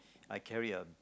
I carry a